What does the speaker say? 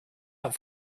out